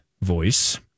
voice